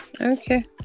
Okay